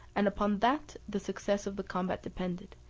and upon that the success of the combat depended,